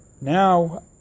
now